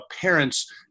parents